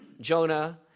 Jonah